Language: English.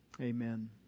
amen